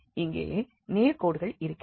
இங்கே நேர் கோடுகள் இருக்கிறது